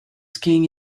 skiing